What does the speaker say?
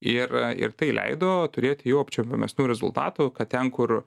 ir ir tai leido turėti jau apčiuopiamesnių rezultatų kad ten kur